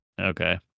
okay